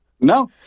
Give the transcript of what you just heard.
No